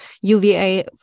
UVA